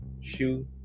shoe